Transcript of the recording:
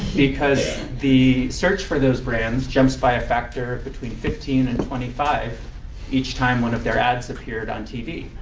because the search for those brands jumps by a factor between fifteen and twenty five each time one of their ads appeared on tv.